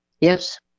yes